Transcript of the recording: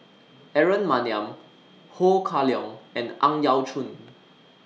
Aaron Maniam Ho Kah Leong and Ang Yau Choon